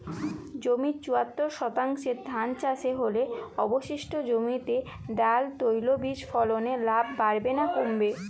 জমির চুয়াত্তর শতাংশে ধান চাষ হলে অবশিষ্ট জমিতে ডাল তৈল বীজ ফলনে লাভ বাড়বে না কমবে?